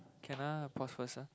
can ah pause first ah